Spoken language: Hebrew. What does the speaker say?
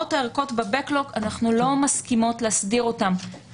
אנחנו לא מסכימות להסדיר את מאות הערכות